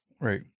Right